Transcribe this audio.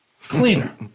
cleaner